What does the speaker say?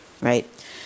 right